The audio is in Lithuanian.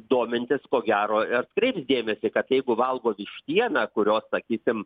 domintis ko gero ir atkreips dėmesį kad jeigu valgo vištieną kurios sakykim